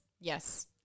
yes